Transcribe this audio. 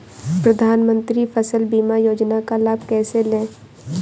प्रधानमंत्री फसल बीमा योजना का लाभ कैसे लें?